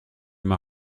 m’as